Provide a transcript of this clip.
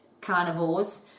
carnivores